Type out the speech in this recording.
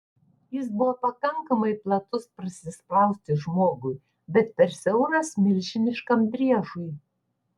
jis buvo pakankamai platus prasisprausti žmogui bet per siauras milžiniškam driežui